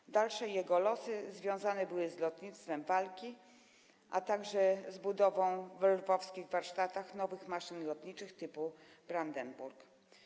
Jego dalsze losy związane były z lotnictwem walki, a także z budową we lwowskich warsztatach nowych maszyn lotniczych typu Brandenburg.